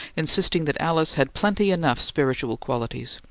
insisting that alice had plenty enough spiritual qualities,